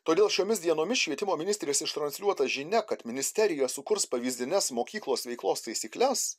todėl šiomis dienomis švietimo ministrės ištransliuota žinia kad ministerija sukurs pavyzdines mokyklos veiklos taisykles